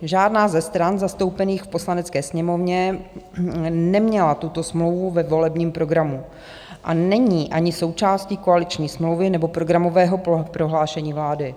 Žádná ze stran zastoupených v Poslanecké sněmovně neměla tuto smlouvu ve volebním programu a není ani součástí koaliční smlouvy nebo programového prohlášení vlády.